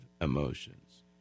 emotions